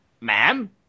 Ma'am